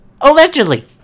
Allegedly